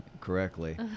correctly